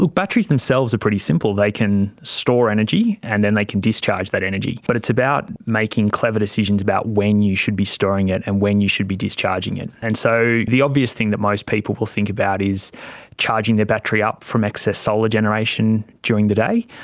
like batteries themselves are pretty simple. they can store energy and then they can discharge that energy, but it's about making clever decisions about when you should be storing it and when you should be discharging it. and so the obvious thing that most people will think about is charging their battery up from excess solar generation during the day,